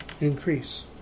increase